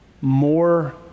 more